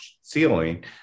ceiling